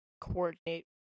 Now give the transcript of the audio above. coordinate